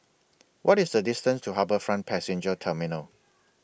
What IS The distance to HarbourFront Passenger Terminal